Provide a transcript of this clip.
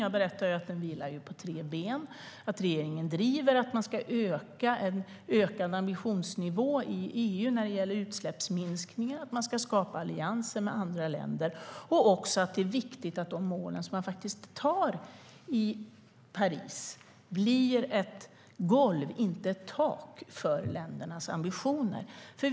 Jag berättade att den vilar på tre ben: att regeringen driver att man ska öka ambitionsnivån i EU när det gäller utsläppsminskningar, att man ska skapa allianser med andra länder och att det är viktigt att de mål som man sätter i Paris blir ett golv och inte ett tak för ländernas ambitioner.